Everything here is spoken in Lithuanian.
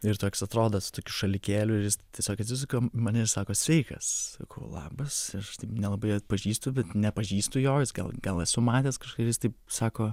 ir toks atrodąs su tokiu šalikėliu ir jis tiesiog atsisuka į mane sako sveikas sakau labas ir aš taip nelabai atpažįstu bet nepažįstu jo jis gal gal esu matęs kažkuris taip sako